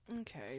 Okay